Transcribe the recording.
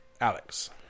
Alex